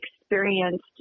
experienced